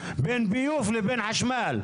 בין ביוב לבין חשמל.